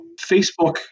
Facebook